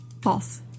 False